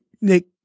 Nick